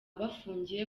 bafungiye